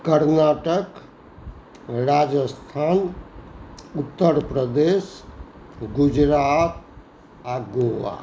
कर्नाटक राजस्थान उत्तर प्रदेश गुजरात आओर गोआ